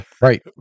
right